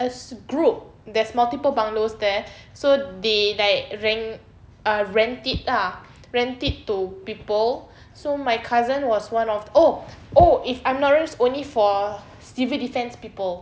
a group there's multiple bungalows there so they like rent uh rent it ah rent it to people so my cousin was one of oh oh if I'm not wrong only for civil defence people